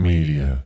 Media